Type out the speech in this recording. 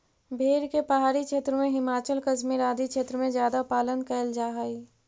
भेड़ के पहाड़ी क्षेत्र में, हिमाचल, कश्मीर आदि क्षेत्र में ज्यादा पालन कैल जा हइ